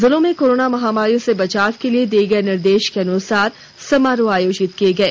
जिलों में कोरोना महामारी से बचाव के लिए दिये गये निर्देश के अनुसार समारोह आयोजित किये गये